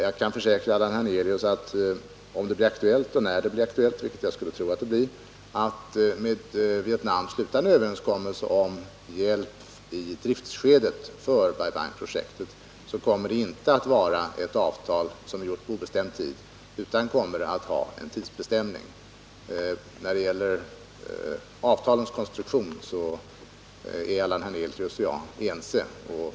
Jag kan försäkra Allan Hernelius att om det blir aktuellt — vilket jag skulle tro att det blir — att med Vietnam sluta en överenskommelse om hjälp i driftskedet för Bai Bang-projektet, kommer det inte att vara ett avtal på obestämd tid, utan det kommer att ha tidsbegränsning. När det gäller avtalens konstruktion är Allan Hernelius och jag ense.